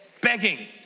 Begging